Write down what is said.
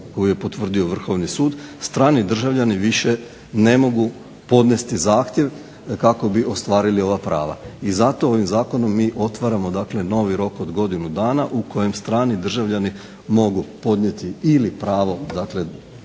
koju je potvrdio Vrhovni sud strani državljani više ne mogu podnijeti zahtjev kako bi ostvarili ova prava i zato ovim zakonom mi otvaramo novi rok od godinu dana u kojem strani državljani mogu podnijeti ili pravo za